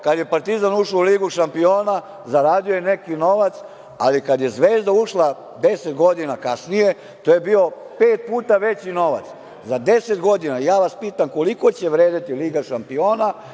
kada je „Partizan“ ušao u ligu šampiona zaradio je neki novac, ali kada je „Zvezda“ ušla deset godina kasnije, to je bio pet puta veći novac.Za deset godina, ja vas pitam – koliko će vredeti Liga šampiona